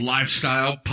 Lifestyle